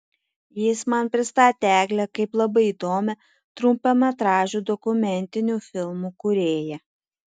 jis man pristatė eglę kaip labai įdomią trumpametražių dokumentinių filmų kūrėją